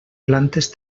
plantes